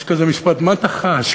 יש כזה משפט: מה אתה חש?